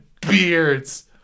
beards